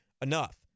Enough